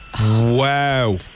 wow